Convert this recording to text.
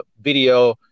video